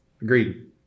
Agreed